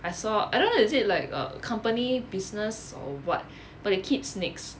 I saw I don't know is it like a company business or what but it keep snakes